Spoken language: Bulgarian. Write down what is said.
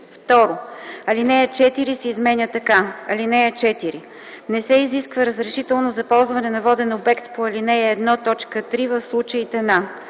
2. Алинея 4 се изменя така: „(4) Не се изисква разрешително за ползване на воден обект по ал. 1, т. 3 в случаите на: